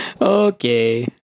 okay